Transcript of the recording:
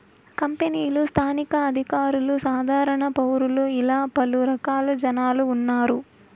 కంపెనీలు స్థానిక అధికారులు సాధారణ పౌరులు ఇలా పలు రకాల జనాలు ఉన్నారు